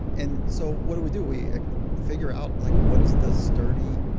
and so what do we do? we figure out like what is the sturdy,